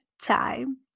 time